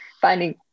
finding